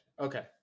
Okay